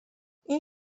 این